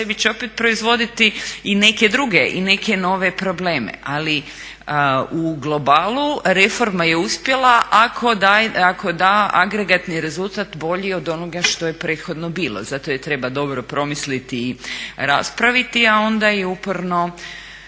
sebi će opet proizvoditi i neke druge i neke nove probleme. Ali, u globalu reforma je uspjela ako da agregatni rezultat bolji od onoga što je prethodno bilo. Zato je treba dobro promisliti i raspraviti, a onda i uporno